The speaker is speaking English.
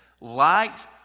Light